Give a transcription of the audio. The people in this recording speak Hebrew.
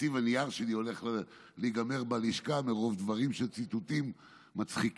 תקציב הנייר שלי הולך להיגמר בלשכה מרוב ציטוטים מצחיקים,